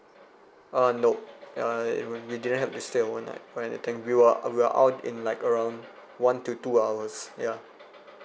uh nope uh we didn't have to stay on one night or anything we were we were out in like around one to two hours ya